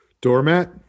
Doormat